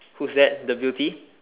who's that the beauty